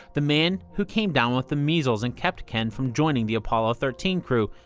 the man who came down with the measles and kept ken from joining the apollo thirteen crew.